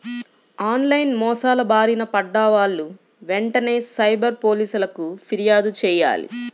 on line మోసాల బారిన పడ్డ వాళ్ళు వెంటనే సైబర్ పోలీసులకు పిర్యాదు చెయ్యాలి